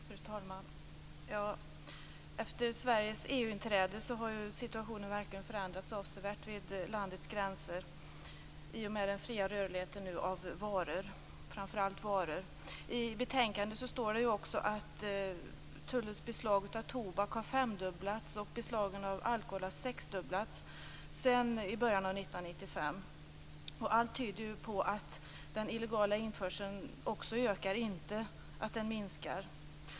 Fru talman! Efter Sveriges EU-inträde har situationen avsevärt förändrats vid landets gränser i och med den fria rörligheten av framför allt varor. I betänkandet står det att tullens beslag av tobak har femdubblats och beslagen av alkohol sexdubblats sedan början av 1995. Allt tyder också på att den illegala införseln ökar, inte minskar.